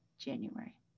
January